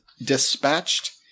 dispatched